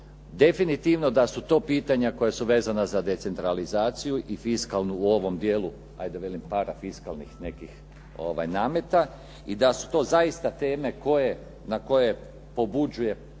Definitivno da su to pitanja koja su vezana za decentralizaciju i fiskalnu u ovom dijelu, ajde kažem parafiskalnih nekih nameta i da su to zaista teme na koje pobuđuje potreba